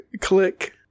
click